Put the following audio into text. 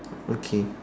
okay